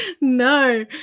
no